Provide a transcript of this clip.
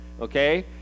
Okay